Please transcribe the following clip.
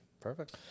perfect